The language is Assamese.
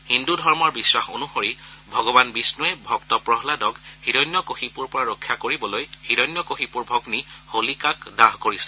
হিন্দু ধৰ্মৰ বিশ্বাস অনুসৰি ভগৱান বিষ্ণৱে ভক্ত প্ৰহাদক হিৰণ্য কশিপৰ পৰা ৰক্ষা কৰিবলৈ হিৰণ্য কশিপুৰ ভগ্নী হোলিকাক দাহ কৰিছিল